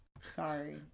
Sorry